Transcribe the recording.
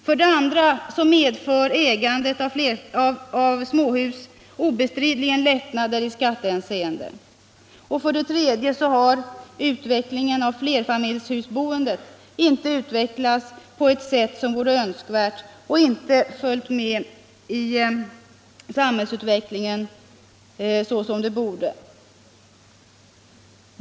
För det andra medför ägandet av småhus obestridligen lättnader i skattehänseende. För det tredje har flerfamiljshusboendet inte utvecklats på ett sätt som vore önskvärt och inte följt med i samhällsutvecklingen så som det borde.